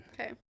okay